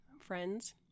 Friends